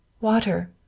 Water